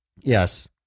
Yes